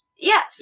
Yes